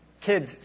Kids